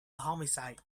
homicide